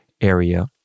area